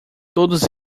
todos